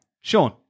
Sean